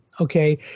Okay